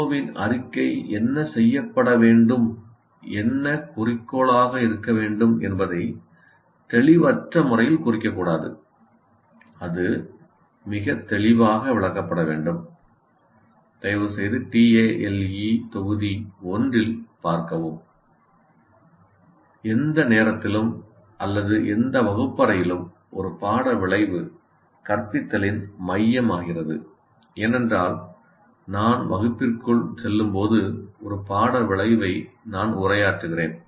CO இன் அறிக்கை என்ன செய்யப்பட வேண்டும் என்ன குறிக்கோளாக இருக்க வேண்டும் என்பதை தெளிவற்ற முறையில் குறிக்கக் கூடாது அது மிகத் தெளிவாக விளக்கப்பட வேண்டும் தயவுசெய்து TALE தொகுதி 1 இல் பார்க்கவும் எந்த நேரத்திலும் அல்லது எந்த வகுப்பறையிலும் ஒரு பாட விளைவு கற்பித்தலின் மையமாகிறது ஏனென்றால் நான் வகுப்பிற்குள் செல்லும்போது ஒரு பாட விளைவை நான் உரையாற்றுகிறேன்